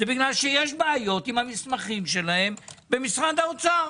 זה בגלל שיש בעיות עם המסמכים שלהן במשרד האוצר,